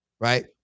right